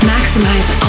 Maximize